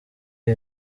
iyi